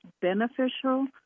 beneficial